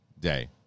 day